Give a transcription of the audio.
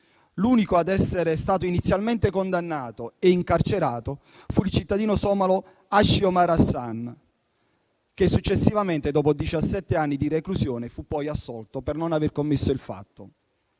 L'unico ad essere stato inizialmente condannato e incarcerato fu il cittadino somalo Hashi Omar Hassan, che successivamente, dopo diciassette anni di reclusione, fu poi assolto per non aver commesso il fatto.